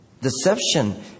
Deception